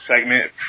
segment